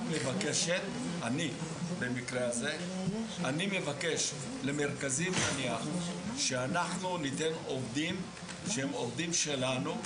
שאני מבקש למרכזים שאנחנו ניתן עובדים שהם עובדים שלנו,